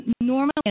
Normally